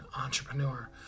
entrepreneur